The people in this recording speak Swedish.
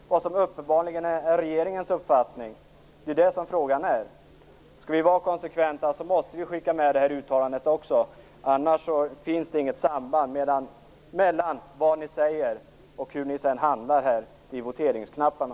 Frågan är vad som är regeringens uppfattning. Skall vi vara konsekventa, måste vi skicka med detta uttalande. Annars finns det inget samband mellan vad ni säger och hur ni sedan handlar vid voteringsknapparna.